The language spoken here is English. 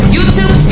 YouTube